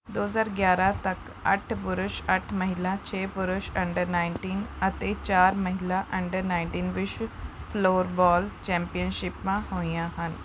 ਦੋ ਹਜ਼ਾਰ ਗਿਆਰਾਂ ਤੱਕ ਅੱਠ ਪੁਰਸ਼ ਅੱਠ ਮਹਿਲਾ ਛੇ ਪੁਰਸ਼ ਅੰਡਰ ਨਾਈਂਨਟੀਨ ਅਤੇ ਚਾਰ ਮਹਿਲਾ ਅੰਡਰ ਨਾਈਂਨਟੀਨ ਵਿਸ਼ਵ ਫਲੋਰਬੋਲ ਚੈਂਪੀਅਨਸ਼ਿਪਾਂ ਹੋਈਆਂ ਹਨ